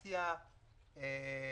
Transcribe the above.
חברת הכנסת איילת שקד, בבקשה, נעשה